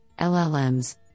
LLMs